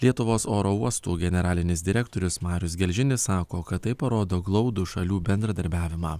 lietuvos oro uostų generalinis direktorius marius gelžinis sako kad tai parodo glaudų šalių bendradarbiavimą